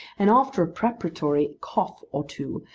and after a preparatory cough or two,